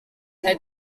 saya